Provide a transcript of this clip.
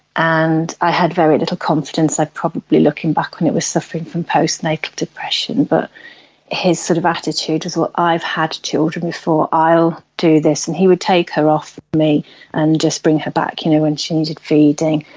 and i had very little confidence, i probably, looking back on it, was suffering from postnatal depression, but his sort of attitude was, well, i've had children before, i'll do this and he would take her off me and just bring her back you know when she needed feeding.